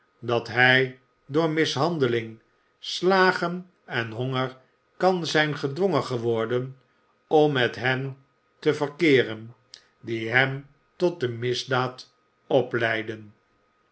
dat hij door mishandeling slagen en honger kan zijn gedwongen geworden om met hen te verkeeren die hem tot de misdaad opleidden